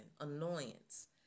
annoyance